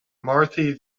marthe